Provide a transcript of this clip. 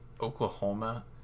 Oklahoma